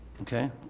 Okay